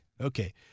Okay